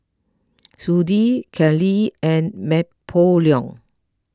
Sudie Kenley and Napoleon